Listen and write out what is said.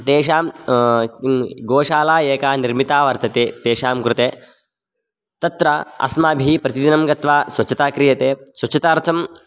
तेषां गोशाला एका निर्मिता वर्तते तेषां कृते तत्र अस्माभिः प्रतिदिनं गत्वा स्वच्छता क्रियते स्वच्छतार्थम्